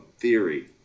theory